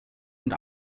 und